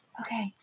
Okay